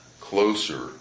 closer